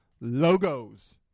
logos